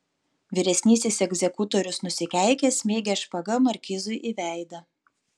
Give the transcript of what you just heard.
vyresnysis egzekutorius nusikeikė smeigė špaga markizui į veidą